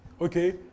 Okay